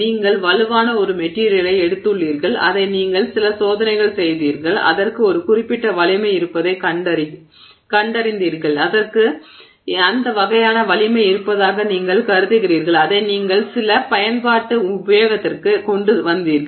நீங்கள் வலுவான ஒரு மெட்டிரியலை எடுத்துள்ளீர்கள் அதை நீங்கள் சில சோதனைகள் செய்தீர்கள் அதற்கு ஒரு குறிப்பிட்ட வலிமை இருப்பதைக் கண்டறிந்தீர்கள் அதற்கு அந்த வகையான வலிமை இருப்பதாக நீங்கள் கருதுகிறீர்கள் அதை நீங்கள் சில பயன்பாட்டு உபயோகத்திற்குக் கொண்டு வந்தீர்கள்